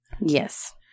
Yes